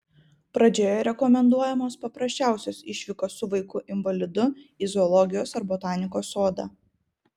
pradžioje rekomenduojamos paprasčiausios išvykos su vaiku invalidu į zoologijos ar botanikos sodą